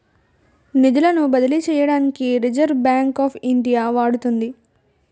నిధులను బదిలీ చేయడానికి రిజర్వ్ బ్యాంక్ ఆఫ్ ఇండియా వాడుతుంది